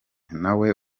nawe